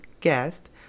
guest